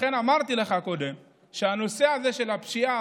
לכן אמרתי לך קודם שהנושא הזה של הפשיעה